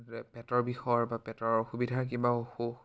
পেটৰ বিষৰ বা পেটৰ অসুবিধা কিবা অসুখ